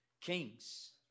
kings